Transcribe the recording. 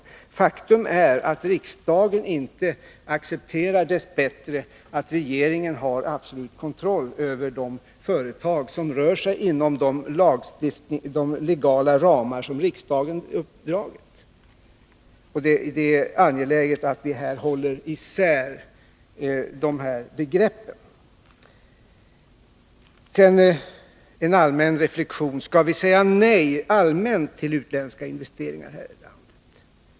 Faktum är att riksdagen dess bättre inte accepterar att regeringen har absolut kontroll över de företag som rör sig inom de legala ramar som riksdagen uppdragit. Det är angeläget att vi här håller isär dessa begrepp. Sedan en allmän reflexion. Skall vi säga nej allmänt till utländska investeringar här i landet?